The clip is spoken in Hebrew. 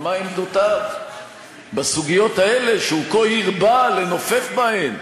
מה עמדותיו בסוגיות האלה שהוא כה הרבה לנופף בהן?